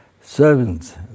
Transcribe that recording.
servants